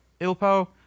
Ilpo